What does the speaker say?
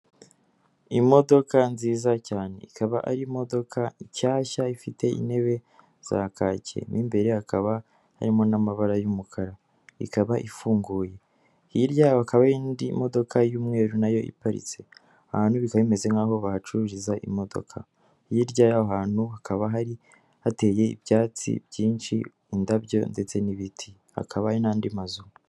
imodoka nziza cyane ikaba ari imodoka nshyashya ifite intebe za kake mo imbere hakaba harimo n'amabara y'umukara ikaba ifunguye, hirya yaho hakaba hari indi modoka y'umweru na yo iparitse, aho hantu bikaba bimeze nk'aho bahacururiza imodoka hirya yaho hantu hakaba hari hateye ibyatsi byinshi, indabyo ndetse n'ibiti hakaba hari n'andi mazu.